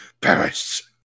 Paris